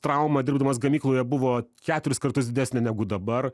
traumą dirbdamas gamykloje buvo keturis kartus didesnė negu dabar